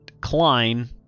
Klein